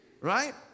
Right